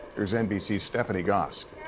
here is nbc's stephanie gosk.